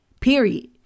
Period